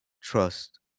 Trust